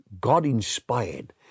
God-inspired